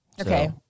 Okay